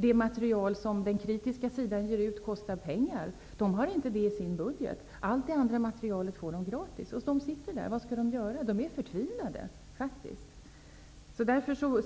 Det material som den kritiska sidan ger ut kostar pengar. Det ingår inte i deras budget. Allt det andra materialet får de gratis. Vad skall de göra? De är faktiskt förtvivlade.